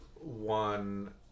one